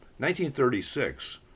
1936